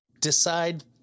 decide